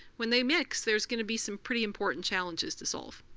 when they mix there's gonna be some pretty important challenges to solve.